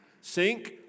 Sink